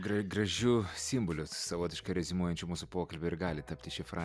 gra gražiu simboliu savotiškai reziumuojančiu mūsų pokalbį ir gali tapti ši fra